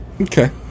Okay